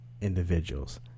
individuals